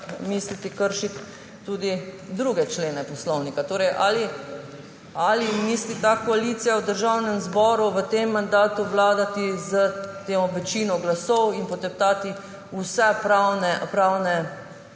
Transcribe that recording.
mislite kršiti tudi druge člene poslovnika. Torej ali misli ta koalicija v Državnem zboru v tem mandatu vladati s to večino glasov in poteptati vse pravne